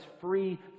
free